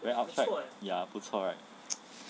very upz right ya 不错 right